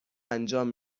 انجام